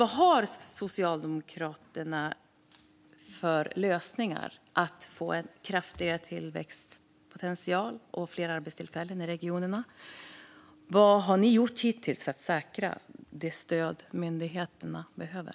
Vad har Socialdemokraterna för lösningar för att få en kraftigare tillväxtpotential och fler arbetstillfällen i regionerna? Vad har ni gjort hittills för att säkra det stöd som myndigheterna behöver?